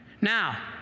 Now